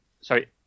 sorry